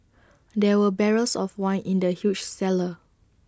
there were barrels of wine in the huge cellar